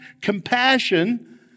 compassion